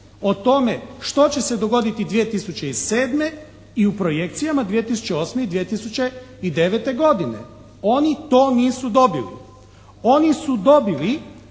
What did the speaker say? o tome što će se dogoditi 2007. i u projekcijama 2008. i 2009. godine. Oni to nisu dobili. Oni su dobili